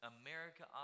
America